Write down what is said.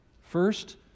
First